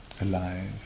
alive